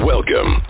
Welcome